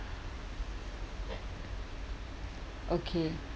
okay